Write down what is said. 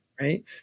Right